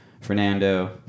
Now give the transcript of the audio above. Fernando